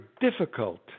difficult